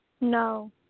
No